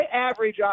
Average